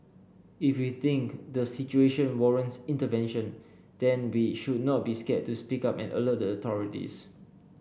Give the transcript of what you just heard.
if we think the situation warrants intervention then we should not be scared to speak up and alert the authorities